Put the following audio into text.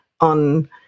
on